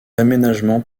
aménagement